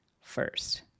first